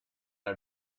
out